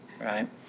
right